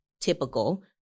typical